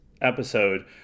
episode